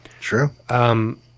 True